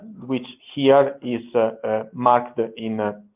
which here is marked ah in ah